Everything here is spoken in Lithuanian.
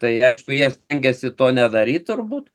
tai reikštų jie stengėsi to nedaryt turbūt